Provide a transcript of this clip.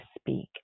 speak